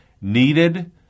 needed